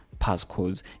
passcodes